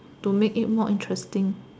to make it more interesting